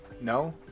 no